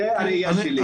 זה הראיה שלי.